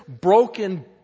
broken